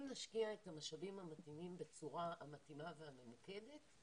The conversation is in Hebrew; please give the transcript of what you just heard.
אם נשקיע את המשאבים המתאימים בצורה המתאימה והממוקדת,